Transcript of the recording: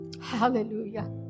Hallelujah